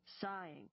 Sighing